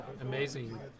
amazing